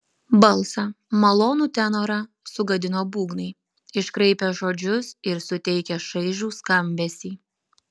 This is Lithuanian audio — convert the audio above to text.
balsą malonų tenorą sugadino būgnai iškraipę žodžius ir suteikę šaižų skambesį